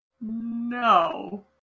No